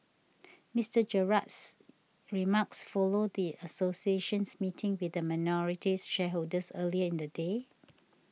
Mister Gerald's remarks followed the association's meeting with minority shareholders earlier in the day